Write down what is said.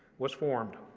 was formed.